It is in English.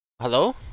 Hello